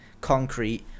concrete